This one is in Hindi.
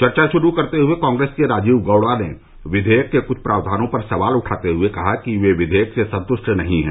चर्चा शुरू करते हुए कांग्रेस के राजीव गौड़ा ने विवेयक के कृष्ठ प्रावधानों पर सवाल उठाते हुए कहा कि वे विवेयक से संतृष्ट नहीं हैं